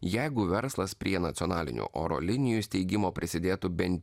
jeigu verslas prie nacionalinių oro linijų steigimo prisidėtų bent